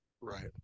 right